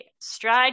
stride